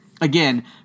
again